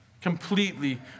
Completely